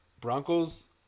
Broncos